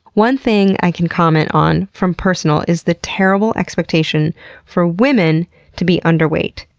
one thing i can comment on, from personal, is the terrible expectation for women to be underweight.